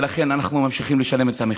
ולכן אנחנו ממשיכים לשלם את המחיר.